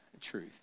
truth